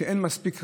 כשאין מספיק ראות,